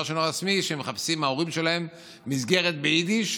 שאינו רשמי שההורים שלהם מחפשים מסגרת ביידיש,